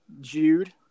Jude